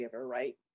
right